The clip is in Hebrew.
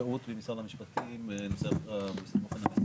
משרד המשפטים, את מקשיבה לדיון